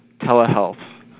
telehealth